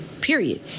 period